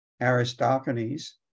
Aristophanes